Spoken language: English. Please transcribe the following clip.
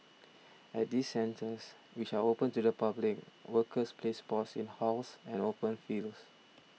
at these centres which are open to the public workers play sports in halls and open fields